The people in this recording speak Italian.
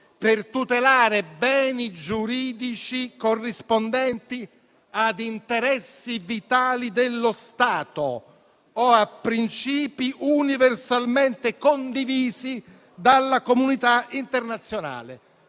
per tutelare beni giuridici corrispondenti a interessi vitali dello Stato o a principi universalmente condivisi dalla comunità internazionale,